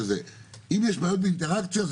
אם יש בעיות באינטראקציה,